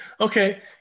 okay